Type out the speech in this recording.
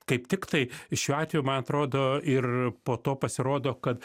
kaip tiktai šiuo atveju man atrodo ir po to pasirodo kad